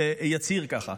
יצהיר ככה.